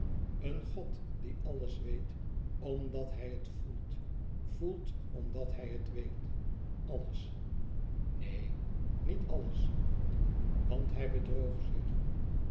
een god die alles weet omdat hij het voelt voelt omdat hij het weet alles neen niet alles want hij bedroog zich